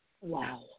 wow